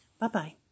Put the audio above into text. Bye-bye